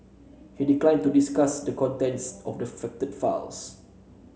he declined to discuss the contents of the affected files